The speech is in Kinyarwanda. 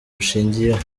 bushingiyeho